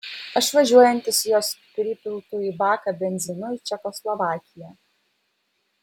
aš važiuojantis jos pripiltu į baką benzinu į čekoslovakiją